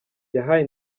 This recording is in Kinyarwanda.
yahaye